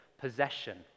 possession